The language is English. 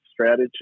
strategy